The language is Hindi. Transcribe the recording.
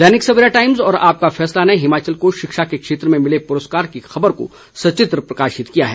दैनिक सवेरा टाइम्स और आपका फैसला ने हिमाचल को शिक्षा के क्षेत्र में मिले प्रस्कार की ख़बर को सचित्र प्रकाशित किया है